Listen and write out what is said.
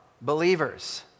believers